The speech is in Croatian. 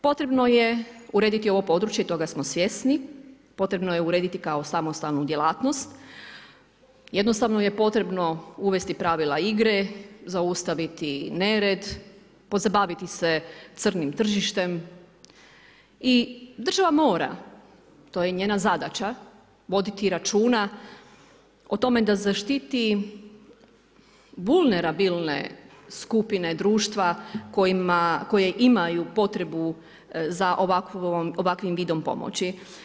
Potrebno je urediti ovo područje i toga smo svjesni, potrebno je urediti kao samostalnu djelatnost, jednostavno je potrebno uvesti pravila igre, zaustaviti nered, pozabaviti se crnim tržištem i država mora, to je njena zadaća, voditi računa o tome da zaštiti vulnerabilne skupine društva koje imaju potrebu za ovakvim vidom pomoći.